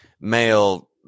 male